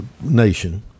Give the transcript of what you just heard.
nation